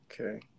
Okay